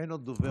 אין עוד דובר.